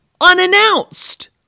unannounced